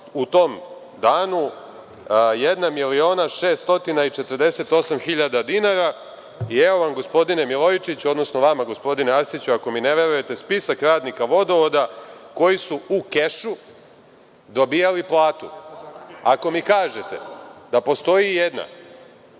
u tom danu 1.648.000 dinara. Evo vam, gospodine Milojičiću, odnosno vama gospodine Arsiću, ako mi ne verujete, spisak radnika vodovoda koji su u kešu dobijali platu. Ako mi kažete da postoji jedna